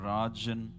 Rajan